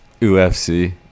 UFC